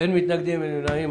אין מתנגדים, אין נמנעים.